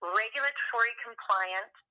regulatory-compliant